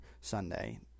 sunday